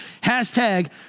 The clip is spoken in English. hashtag